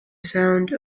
sound